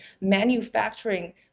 manufacturing